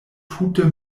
tute